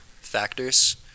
factors